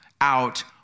out